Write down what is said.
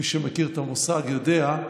מי שמכיר את המושג יודע,